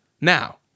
Now